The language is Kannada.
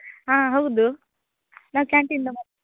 ಹಾಂ ಹೌದು ನಾವು ಕ್ಯಾಂಟಿನಿಂದ ಮಾತು